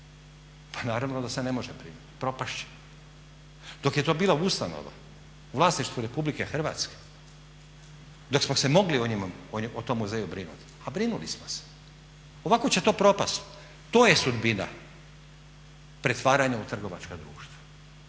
Pa naravno da se ne može brinuti, propast će. Dok je to bila ustanova u vlasništvu Republike Hrvatske, dok smo se mogli o tom muzeju brinuti brinuli smo se, ovako će to propasti. To je sudbina pretvaranja u trgovačka društva.